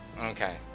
Okay